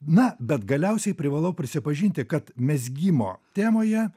na bet galiausiai privalau prisipažinti kad mezgimo temoje